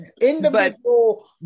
individual